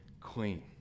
clean